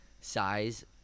size